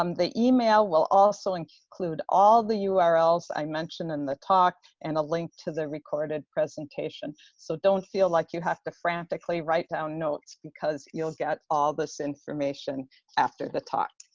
um the email will also include all the ah urls i mentioned in the talk and a link to the recorded presentation. so don't feel like you have to frantically write down notes because you'll get all this information after the talk.